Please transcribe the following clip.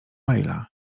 maila